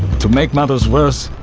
to make matters worse,